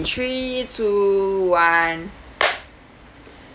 three two one